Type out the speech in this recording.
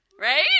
Right